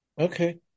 Okay